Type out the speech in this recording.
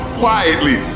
quietly